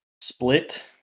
Split